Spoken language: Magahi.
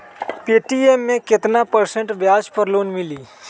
पे.टी.एम मे केतना परसेंट ब्याज पर लोन मिली?